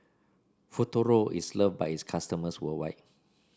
Futuro is loved by its customers worldwide